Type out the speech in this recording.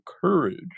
courage